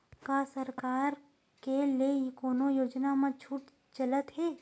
का सरकार के ले कोनो योजना म छुट चलत हे?